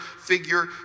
figure